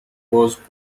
was